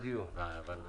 שמה זה